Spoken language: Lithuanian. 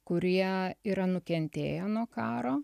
kurie yra nukentėję nuo karo